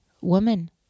Woman